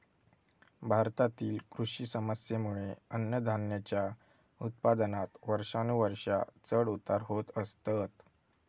भारतातील कृषी समस्येंमुळे अन्नधान्याच्या उत्पादनात वर्षानुवर्षा चढ उतार होत असतत